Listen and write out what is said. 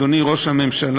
אדוני ראש הממשלה,